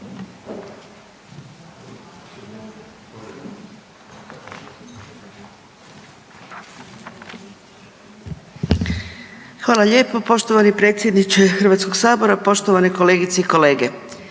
Hvala lijepo poštovani potpredsjedniče Hrvatskoga sabora, poštovana pravobraniteljice